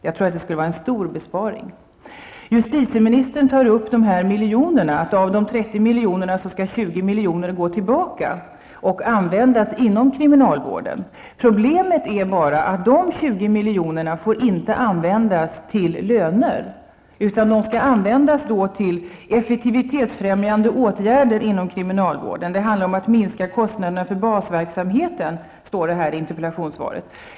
På det här viset skulle det bli en stor besparing. Justitieministern sade att av 30 milj.kr. skall 20 milj.kr. gå tillbaka och användas inom kriminalvården, men problemet är att dessa 20 milj.kr. inte får användas till löner, utan de skall användas för effektivitetsfrämjande åtgärder inom kriminalvården. Det handlar om att minska kostnaderna för ''basverksamheten'', står det i interpellationssvaret.